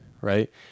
right